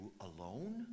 alone